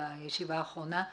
בישיבה האחרונה.